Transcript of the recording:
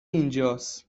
اینجاس